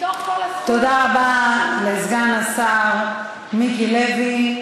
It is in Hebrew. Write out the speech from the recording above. מתוך כל הסכום, תודה רבה לסגן השר מיקי לוי.